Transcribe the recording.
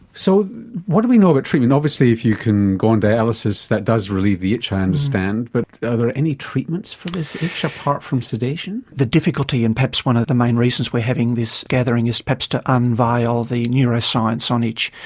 so what do we know about but treatment? obviously if you can go on dialysis that does relieve the itch, i understand, but are there any treatments for this itch apart from sedation? the difficulty and perhaps one of the main reasons we are having this gathering is perhaps to unveil the neuroscience on itch.